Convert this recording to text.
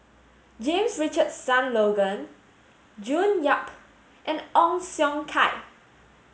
James Richardson Logan June Yap and Ong Siong Kai